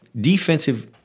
defensive